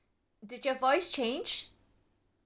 did your voice change